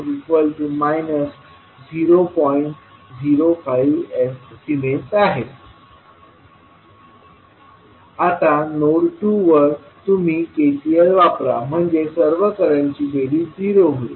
05S आहे आता node 2 वर तुम्ही KCL वापरा म्हणजे सर्व करंटची बेरीज 0 होईल